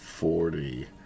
Forty